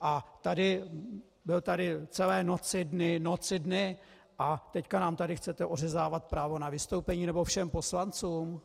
A tady, byl tady celé noci, dny, noci, dny a teď nám tady chcete ořezávat právo na vystoupení, nebo všem poslancům?